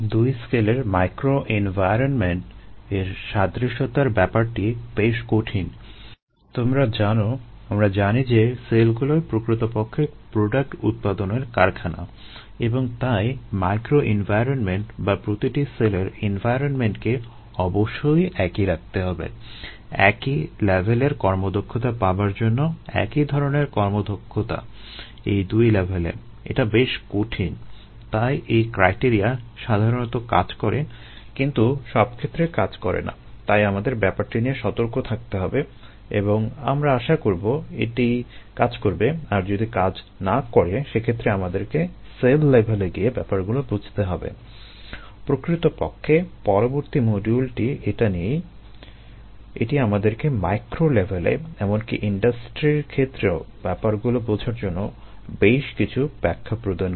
দুই স্কেলের মাইক্রোএনভায়রনমেন্ট লেভেলে এমনকি ইন্ডাস্ট্রির ক্ষেত্রেও ব্যাপারগুলো বোঝার জন্য বেশ কিছু ব্যাখ্যা প্রদান করে